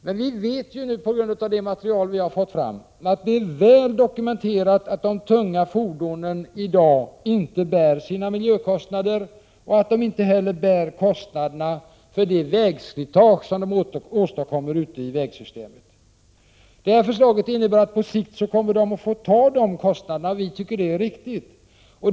Men vi vet på grund av det material vi har fått fram att det är väl dokumenterat att de tunga fordonen i dag inte bär sina miljökostnader och inte heller bär kostnaderna för det vägslitage som de åstadkommer i vägsystemet. Vårt förslag innebär att de på sikt kommer att få bära dessa kostnader, och vi tycker att detta är riktigt.